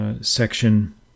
Section